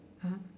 (uh huh)